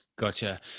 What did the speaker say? Gotcha